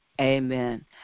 Amen